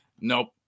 Nope